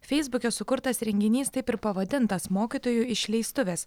feisbuke sukurtas renginys taip ir pavadintas mokytojų išleistuvės